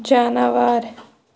جاناوار